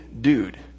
dude